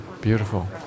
Beautiful